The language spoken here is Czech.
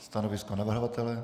Stanovisko navrhovatele?